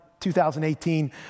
2018